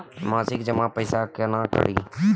मासिक जमा पैसा केना करी?